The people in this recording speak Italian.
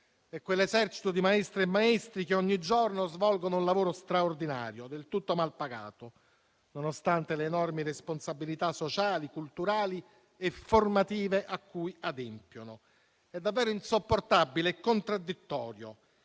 e quell'esercito di maestre e maestri che ogni giorno svolgono un lavoro straordinario e del tutto malpagato, nonostante le enormi responsabilità sociali, culturali e formative a cui adempiono. È davvero insopportabile e contraddittorio